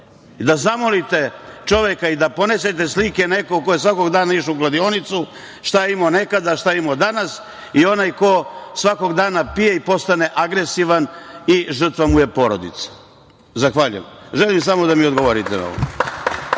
da zamolite čoveka, da ponesete slike nekog ko je svakog dana išao u kladionicu, šta je imao nekada, šta je imao danas i onaj ko svakog dana pije i postane agresivan i žrtva mu je porodica. Zahvaljujem. Želim samo da mi odgovorite na ovo.